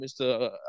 Mr